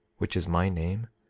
which is my name?